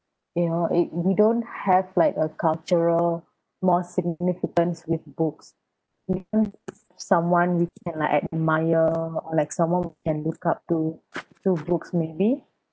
you know it we don't have like a cultural more significance with books even someone we can like admire or like someone who can look up to to books maybe